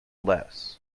less